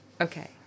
okay